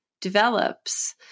develops